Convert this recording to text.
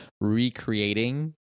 recreating